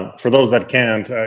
for those that can't,